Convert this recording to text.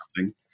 -something